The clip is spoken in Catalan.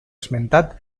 esmentat